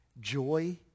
joy